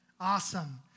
Awesome